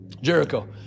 Jericho